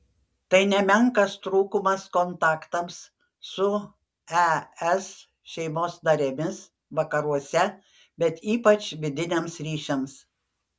tai nemenkas trūkumas kontaktams su es šeimos narėmis vakaruose bet ypač vidiniams ryšiams